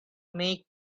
make